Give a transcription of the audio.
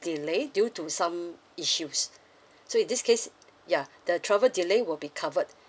delay due to some issues so in this case ya the travel delayed will be covered